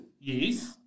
Yes